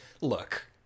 look